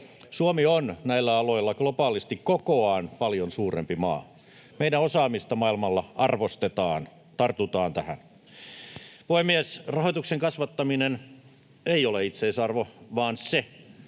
Suomi on näillä aloilla globaalisti kokoaan paljon suurempi maa. Meidän osaamista arvostetaan maailmalla. Tartutaan tähän. Puhemies! Rahoituksen kasvattaminen ei ole itseisarvo — vaan se,